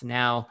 now